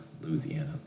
Louisiana